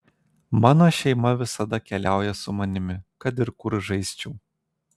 mano šeima visada keliauja su manimi kad ir kur žaisčiau